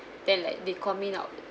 then like they call me out